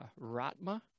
ratma